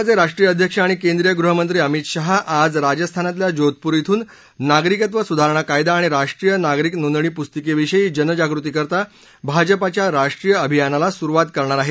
भाजपाचे राष्ट्रीय अध्यक्ष आणि केंद्रीय गृहमंत्री अमित शाह आज राजस्थानातल्या जोधपूर इथून नागरिकत्व सुधारणा कायदा आणि राष्ट्रीय नागरिक नोंदणी पुस्तिकेविषयी जनजागृतीकरता भाजपाच्या राष्ट्रीय अभियानाला सुरुवात करणार आहेत